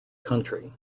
country